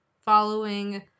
following